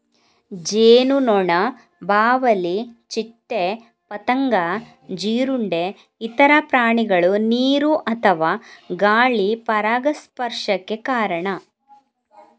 ಜೇನುನೊಣ, ಬಾವಲಿ, ಚಿಟ್ಟೆ, ಪತಂಗ, ಜೀರುಂಡೆ, ಇತರ ಪ್ರಾಣಿಗಳು ನೀರು ಅಥವಾ ಗಾಳಿ ಪರಾಗಸ್ಪರ್ಶಕ್ಕೆ ಕಾರಣ